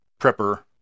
Prepper